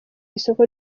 isoko